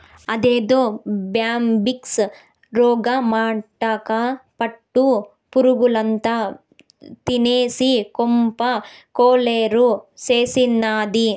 అదేదో బ్యాంబిక్స్ రోగమటక్కా పట్టు పురుగుల్నంతా తినేసి కొంప కొల్లేరు చేసినాది